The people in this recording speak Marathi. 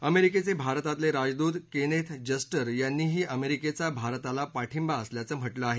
अमेरिकेचे भारतातले राजदूत केनेथ जस्टर यांनीही अमेरिकेचा भारताला पाठिंबा असल्याचं म्हटलं आहे